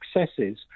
successes